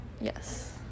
Yes